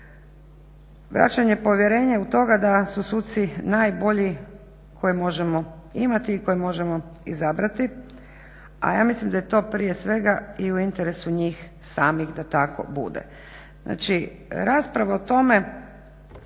Vraćanje povjerenja i u toga da su suci najbolji koje možemo imati i koje možemo izabrati, a ja mislim da je to prije svega i u interesu njih samih da tako bude.